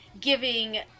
giving